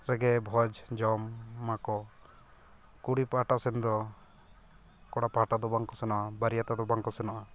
ᱨᱮᱜᱮ ᱵᱷᱚᱡᱽ ᱡᱚᱢ ᱢᱟᱠᱚ ᱠᱩᱲᱤ ᱯᱟᱦᱴᱟ ᱥᱮᱱᱫᱚ ᱠᱚᱲᱟ ᱯᱟᱦᱴᱟ ᱫᱚ ᱵᱟᱝᱠᱚ ᱥᱮᱱᱚᱜᱼᱟ ᱵᱟᱹᱨᱭᱟᱹᱛᱚᱜ ᱫᱚ ᱵᱟᱝᱠᱚ ᱥᱮᱱᱚᱜᱼᱟ